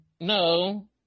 no